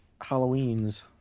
Halloweens